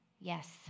yes